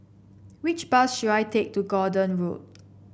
which bus should I take to Gordon Road